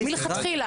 אני,